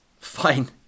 Fine